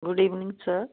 good evening sir